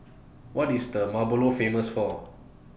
What IS Malabo Famous For